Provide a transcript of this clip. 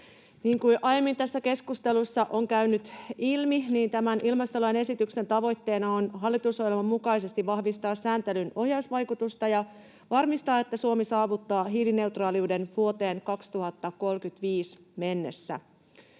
kuin aiemmin tässä keskustelussa on käynyt ilmi, tämän ilmastolain esityksen tavoitteena on hallitusohjelman mukaisesti vahvistaa sääntelyn ohjausvaikutusta ja varmistaa, että Suomi saavuttaa hiilineutraaliuden vuoteen 2035 mennessä.